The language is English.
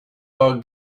are